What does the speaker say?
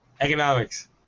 Economics